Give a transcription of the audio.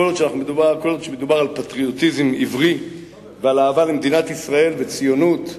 כל עוד מדובר על פטריוטיזם עברי ועל אהבה למדינת ישראל וציונות ובריאות,